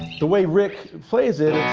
the way rick plays it,